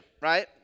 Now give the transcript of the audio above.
right